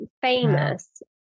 famous